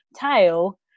Tail